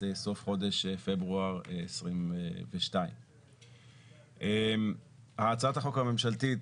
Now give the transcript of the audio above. סוף חודש פברואר 2022. הצעת החוק הממשלתית,